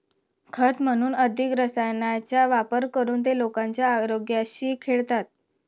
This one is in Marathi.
खत म्हणून अधिक रसायनांचा वापर करून ते लोकांच्या आरोग्याशी खेळतात